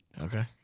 Okay